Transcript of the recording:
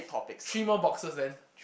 three more boxes then